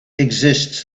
exists